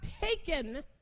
taken